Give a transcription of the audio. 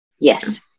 Yes